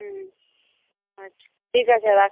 হুম আচ্ছা ঠিক আছে রাখছি